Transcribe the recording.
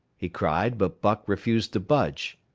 he cried, but buck refused to budge.